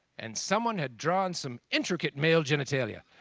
and someone had drawn some intricate male genitalia.